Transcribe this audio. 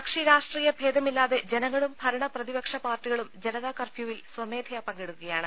കക്ഷി രാഷ്ട്രീയ ഭേദമില്ലാതെ ജനങ്ങളും ഭരണ പ്രതി പക്ഷ പാർട്ടികളും ജനതാ കർഫ്യൂവിൽ സ്വമേധയാ പങ്കെടു ക്കുകയാണ്